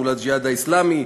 מול "הג'יהאד האסלאמי",